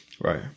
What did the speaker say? Right